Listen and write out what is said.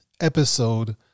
episode